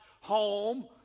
home